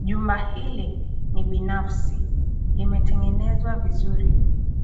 Jumba hili ni binafsi. Limetengenezwa vizuri.